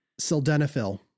Sildenafil